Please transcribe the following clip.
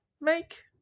make